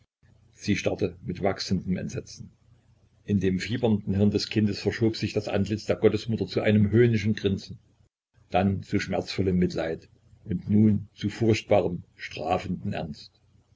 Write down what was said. sie starrte mit wachsendem entsetzen in dem fiebernden hirn des kindes verschob sich das antlitz der gottesmutter zu einem höhnischen grinsen dann zu schmerzvollem mitleid und nun zum furchtbaren strafenden ernst